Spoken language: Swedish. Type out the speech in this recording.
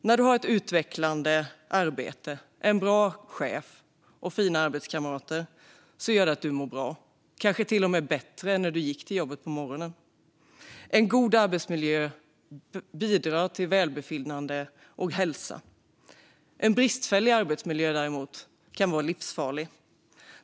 När man har ett utvecklande arbete, en bra chef och fina arbetskamrater mår man bra, kanske till och med bättre än när man gick till jobbet på morgonen. En god arbetsmiljö bidrar till välbefinnande och hälsa. En bristfällig arbetsmiljö, däremot, kan vara livsfarlig.